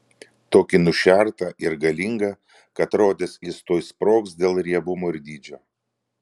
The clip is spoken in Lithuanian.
tokį nušertą ir galingą kad rodėsi jis tuoj sprogs dėl riebumo ir dydžio